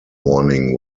warning